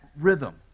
rhythm